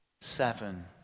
seven